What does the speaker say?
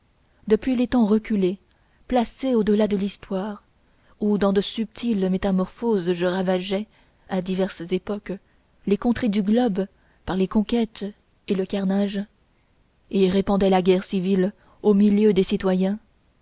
depuis les temps reculés placés au delà de l'histoire où dans de subtiles métamorphoses je ravageais à diverses époques les contrées du globe par les conquêtes et le carnage et répandais la guerre civile au milieu des citoyens